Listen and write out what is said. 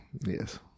Yes